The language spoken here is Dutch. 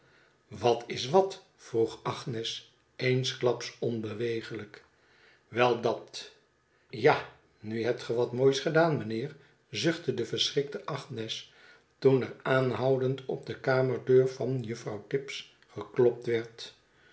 wat is wat vroeg agnes eensklaps onbewegelijk wel dat ja nu hebtge wat moois gedaan meneer zuchtte de verschrikte agnes toen er aanhoudend op de kamerdeur van juffrouw tibbs geklopt werd